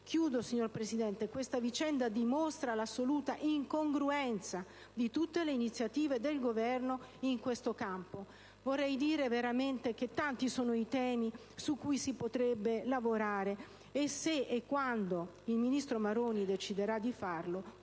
di soggiorno temporaneo. Questa vicenda dimostra l'assoluta incongruenza di tutte le iniziative del Governo in questo campo. Signor Presidente, tanti sono i temi su cui si potrebbe lavorare, e se e quando il ministro Maroni deciderà di farlo,